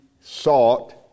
sought